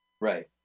Right